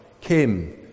Kim